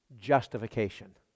justification